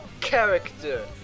character